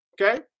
okay